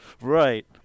Right